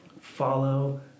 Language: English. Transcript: follow